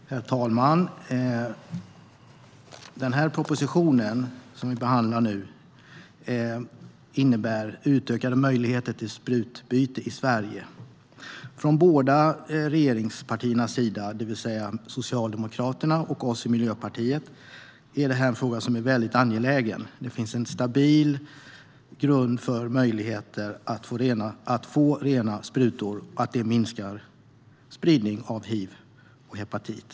Herr talman! Den proposition vi behandlar nu innebär utökade möjligheter till sprututbyte i Sverige. För båda regeringspartierna, det vill säga Socialdemokraterna och oss i Miljöpartiet, är det här en angelägen fråga. Det finns en stabil grund för att tillgång till rena sprutor minskar spridning av hiv och hepatit.